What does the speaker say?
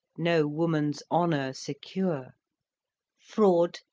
no woman's honour secure fraud,